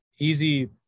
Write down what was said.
easy